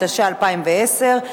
התשע"א 2010,